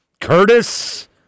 Curtis